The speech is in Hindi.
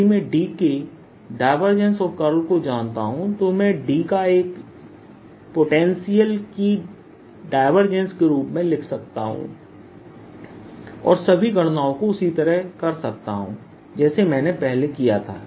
यदि मैं D के डायवर्जेंस और कर्ल को जानता हूं तो मैं D को एक पोटेंशियल की डायवर्जेंस के रूप में लिख सकता हूं और सभी गणनाओं को उसी तरह कर सकता हूं जैसे हमने पहले किया था